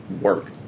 work